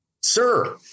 sir